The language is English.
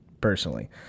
personally